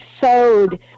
sowed